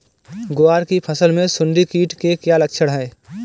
ग्वार की फसल में सुंडी कीट के क्या लक्षण है?